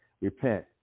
repent